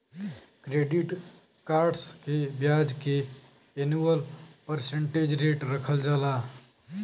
credit cards के ब्याज के एनुअल परसेंटेज रेट रखल जाला